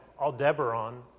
Aldebaran